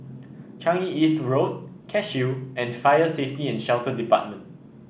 Changi East Road Cashew and Fire Safety and Shelter Department